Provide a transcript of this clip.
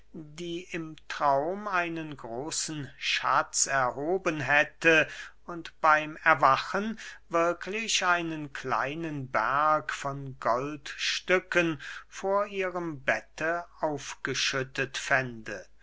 die im traum einen großen schatz erhoben hätte und beym erwachen wirklich einen kleinen berg von goldstücken vor ihrem bette aufgeschüttet fände